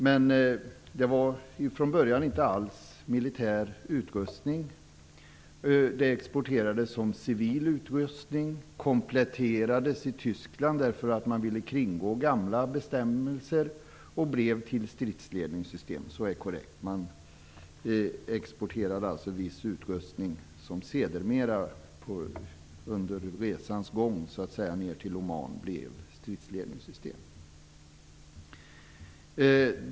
Men det var från början inte alls militär utrustning. Det exporterades som civil utrustning, kompletterades i Tyskland därför att man vill kringgå gamla bestämmelser och blev till stridsledningssystem. Det är det korrekta. Man exporterade alltså viss utrustning som sedermera under resans gång ner till Oman blev stridsledningssystem.